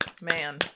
man